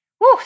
Woo